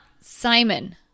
simon